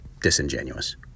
disingenuous